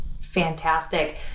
Fantastic